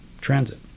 transit